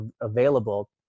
available